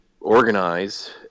organize